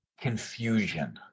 confusion